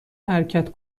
حرکت